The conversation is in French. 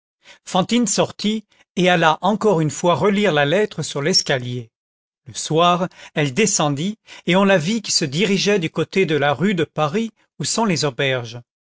fantine sortit et alla encore une fois relire la lettre sur l'escalier le soir elle descendit et on la vit qui se dirigeait du côté de la rue de paris où sont les